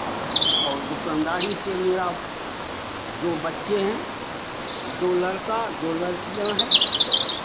और दुकानदारी से मेरा दो बच्चे हैं दो लड़का दो लड़कियां हैं